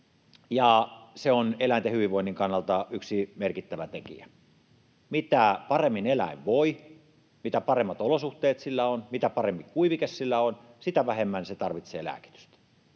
se on eläinten hyvinvoinnin kannalta yksi merkittävä tekijä. Mitä paremmin eläin voi, mitä paremmat olosuhteet sillä on, mitä parempi kuivike sillä on, sitä vähemmän se tarvitsee lääkitystä.